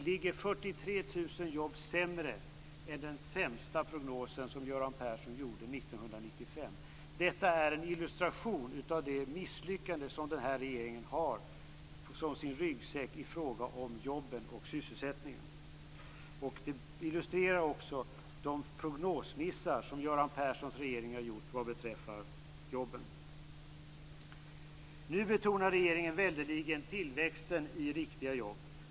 Det är 43 000 jobb färre än den sämsta prognosen Göran Persson gjorde 1995. Detta är en illustration av det misslyckande som regeringen har som ryggsäck i fråga om jobben och sysselsättningen. Det illustrerar de prognosmissar som Göran Perssons regering har gjort vad beträffar jobben. Nu betonar regeringen väldeligen tillväxten i riktiga jobb.